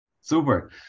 Super